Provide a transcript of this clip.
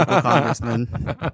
congressman